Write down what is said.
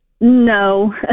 No